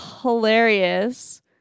hilarious